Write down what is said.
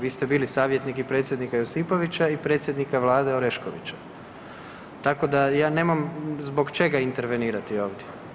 Vi ste bili savjetnik i predsjednika Josipovića i predsjednika vlade Oreškovića, tako da ja nemam zbog čega intervenirati ovdje.